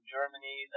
Germany